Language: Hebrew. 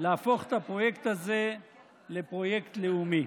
להפוך את הפרויקט הזה לפרויקט לאומי.